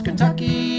Kentucky